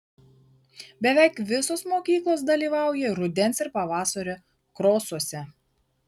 beveik visos mokyklos dalyvauja rudens ir pavasario krosuose